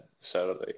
Saturday